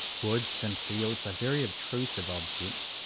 woods and fields are very obtrusive objects.